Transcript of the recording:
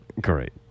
great